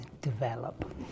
develop